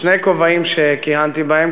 בשני כובעים שכיהנתי בהם,